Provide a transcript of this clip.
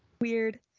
Weird